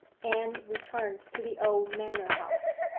anne returned to the old manor-house.